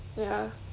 ya